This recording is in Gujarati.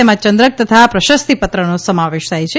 તેમાં ચંદ્રક તથા પ્રશસ્તિપત્રનો સમાવેશ થાય છે